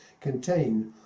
contain